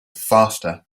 faster